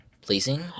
pleasing